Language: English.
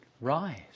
rise